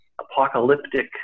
apocalyptic